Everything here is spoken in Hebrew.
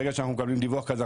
ברגע שאנחנו מקבלים דיווח כזה,